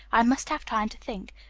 i must have time to think.